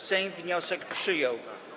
Sejm wniosek przyjął.